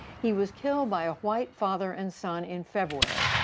he was killed by a white father and son in february.